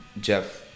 Jeff